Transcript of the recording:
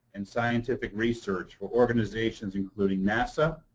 and scientific research for organizations including nasa,